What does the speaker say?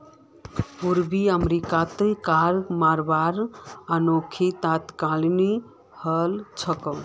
पूर्वी अमेरिकात कीरा मरवार अनोखी तकनीक ह छेक